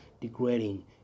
degrading